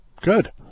Good